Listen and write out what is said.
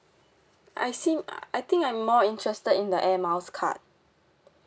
I seem uh I think I'm more interested in the air miles card